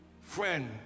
Friend